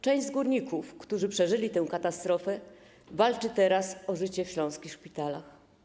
Część górników, którzy przeżyli tę katastrofę, walczy teraz o życie w śląskich szpitalach.